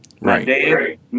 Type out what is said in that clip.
Right